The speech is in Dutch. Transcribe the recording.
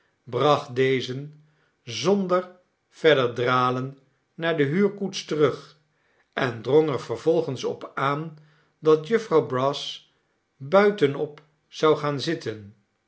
bracht dezen zonder verder dralen naar de huurkoets terug en drong er vervolgens op aan dat jufvrouw brass buitenop zou gaan zitten